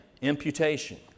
imputation